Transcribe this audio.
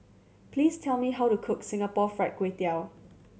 please tell me how to cook Singapore Fried Kway Tiao